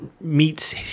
Meets